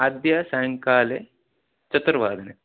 अद्य सायङ्काले चतुर्वादने